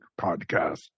podcast